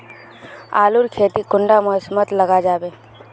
आलूर खेती कुंडा मौसम मोत लगा जाबे?